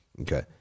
okay